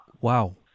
wow